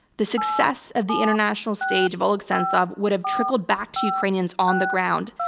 the success of the international stage of oleg sentsov would have trickled back to ukrainians on the ground,